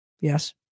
Yes